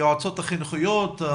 היועצות החינוכיות?